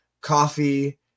Coffee